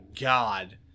god